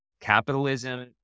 Capitalism